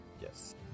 Yes